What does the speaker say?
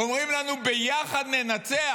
אומרים לנו "ביחד ננצח".